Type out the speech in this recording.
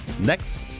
next